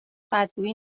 بدگویی